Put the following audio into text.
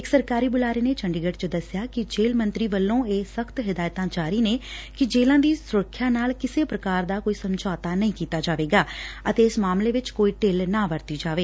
ਇਕ ਸਰਕਾਰੀ ਬੁਲਾਰੇ ਨੇ ਚੰਡੀਗੜ 'ਚ ਦੱਸਿਆ ਕਿ ਜੇਲ਼ ਮੰਤਰੀ ਵੱਲੋਂ ਇਹ ਸਖਤ ਹਦਾਇਤਾਂ ਜਾਰੀ ਹਨ ਕਿ ਜੇਲ਼ਾਂ ਦੀ ਸਰੁੱਖਿਆ ਨਾਲ ਕਿਸੇ ਪੁਕਾਰ ਦਾ ਕੋਈ ਸਮਤੌਤਾ ਨਹੀ ਕੀਤਾ ਜਾਵੇਗਾ ਅਤੇ ਇਸ ਮਾਮਲੇ ਵਿੱਚ ਕੋਈ ਢਿੱਲ ਨਾ ਵਰਤੀ ਜਾਵੇ